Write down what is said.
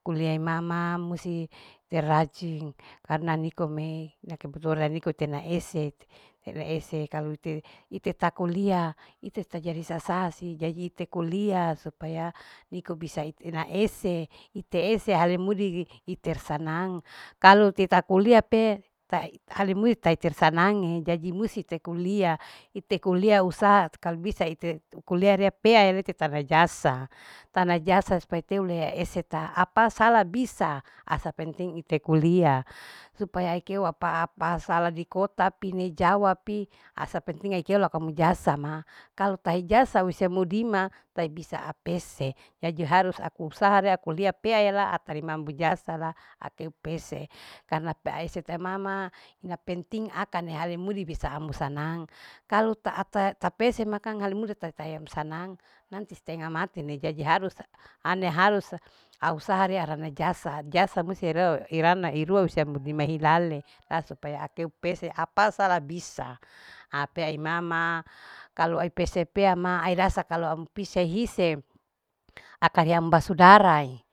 kulia imama musti te rajin karna niko me niko tena ese itena ese ite ta kulia ite ta jadi sasasi jadi ite kulia supaya niko bisa ene ese ite ese halemudi iter sanang kalu tita kulia pe tae ale musti tae tersanange jadi musti te kulia ite kulia usaha kalu bisa ite kulia rea pea ite tanda jasa tana jasa supaya teu le ese ta apa sala bisa asa penting ite kulia supaya ikeu apa-apa sala di kota pine jawa pi asa penting aikeo lakomu jasa ma kalu tahe ijasa usemudima ta bisa apes'e jadi harus aku usaha re aku pea-pea ye laa tarima mujasa la ateu pes'e karna pea sete mama ina penting akane ale mudi bisa amu sanang kalu taata ta pese ma kang hale musti tatae sanang nanti stenga mati ne jadi harus ane harus au usaha re arena jasa jasa musti iriu. iran. irua use hudima hilale la supaya akeu apa sa labisa ha pea imama kalu ipe sepeama airasa kalu pise hise aka ream basudara'e.